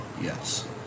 yes